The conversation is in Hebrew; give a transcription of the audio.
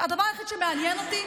ואת מבריחה מנדטים.